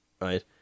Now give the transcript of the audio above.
right